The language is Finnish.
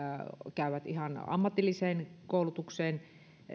käyvät ihan ammatilliseen koulutukseen